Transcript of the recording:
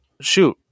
shoot